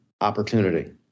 opportunity